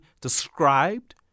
described